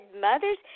mothers